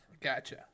Gotcha